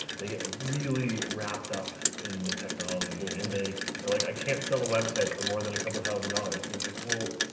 they get really wrapped up in the technology. and they're like, i can't sell a website for more than a couple thousand dollars, and its like, well,